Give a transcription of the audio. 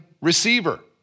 receiver